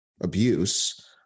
abuse